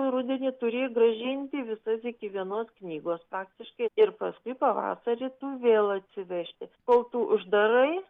rudenį turi grąžinti visas iki vienos knygos faktiškai ir paskui pavasarį tu vėl atsivežti kol tu uždarai